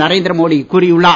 நரேந்திர மோடி கூறியுள்ளார்